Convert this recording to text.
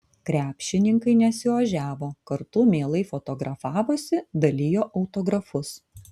krepšininkai nesiožiavo kartu mielai fotografavosi dalijo autografus